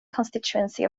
constituency